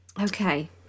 Okay